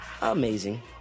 Amazing